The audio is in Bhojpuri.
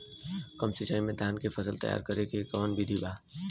कम सिचाई में धान के फसल तैयार करे क कवन बिधि बा?